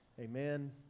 Amen